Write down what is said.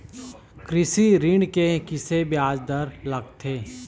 कृषि ऋण के किसे ब्याज दर लगथे?